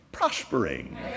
prospering